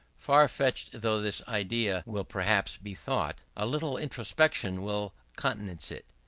far-fetched though this idea will perhaps be thought, a little introspection will countenance it.